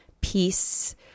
peace